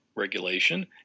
Regulation